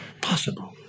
possible